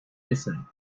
listen